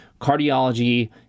cardiology